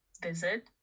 visit